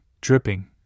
dripping